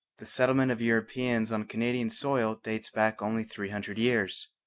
the settlement of europeans on canadian soil dates back only three hundred years.